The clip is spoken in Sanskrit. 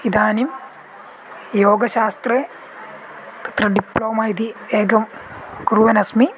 इदानीं योगशास्त्रे तत्र डिप्लोमा इति एकं कुर्वन् अस्मि